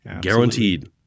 Guaranteed